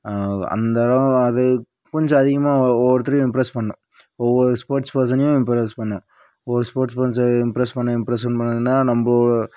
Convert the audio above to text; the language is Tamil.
அந்த கொஞ்சம் அதிகமாக ஒவ்வொருத்தரையும் இம்ப்ரஸ் பண்ணும் ஒவ்வொரு ஸ்போர்ட்ஸ் பர்ஸனையும் இம்ப்ரஸ் பண்ணும் ஒரு ஸ்போர்ட்ஸ் பர்ஸனை இம்ப்ரஸ் பண்ண இம்ப்ரஸன் பண்ணணும்னா நம்ம